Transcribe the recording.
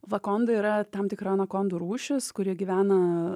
vakonda yra tam tikra anakondų rūšys kuri gyvena